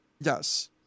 Yes